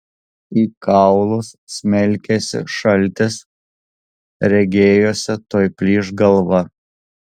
į kaulus smelkėsi šaltis regėjosi tuoj plyš galva